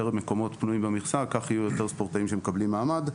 מקומות פנויים כך יהיו יותר ספורטאים שמקבלים מעמד.